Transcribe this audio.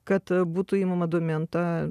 kad būtų imama domėn ta